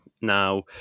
Now